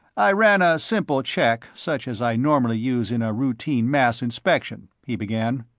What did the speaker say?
i ran a simple check such as i normally use in a routine mess inspection, he began.